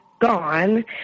gone